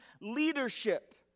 leadership